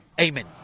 Amen